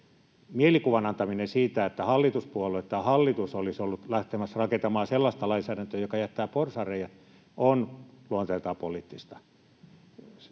Mielikuvan antaminen siitä, että hallituspuolueet tai hallitus olisi ollut lähtemässä rakentamaan sellaista lainsäädäntöä, joka jättää porsaanreiät, on luonteeltaan poliittista.